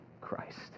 Christ